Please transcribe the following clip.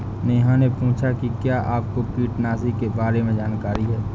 नेहा ने पूछा कि क्या आपको कीटनाशी के बारे में जानकारी है?